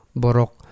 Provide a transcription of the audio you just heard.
borok